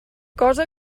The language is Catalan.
cosa